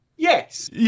Yes